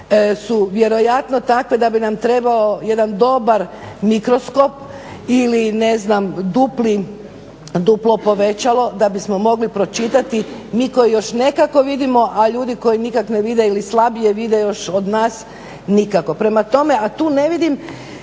su vjerojatno takve da bi nam trebao jedan dobar mikroskop ili duplo povećalo da bismo mogli pročitati mi koji još nekako vidimo, a ljudi koji nikak ne vide ili slabije vide još od nas, nikako. Prema tome a tu ne vidim,